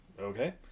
Okay